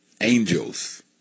angels